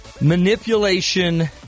manipulation